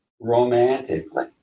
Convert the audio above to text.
romantically